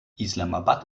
islamabad